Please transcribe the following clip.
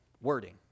wording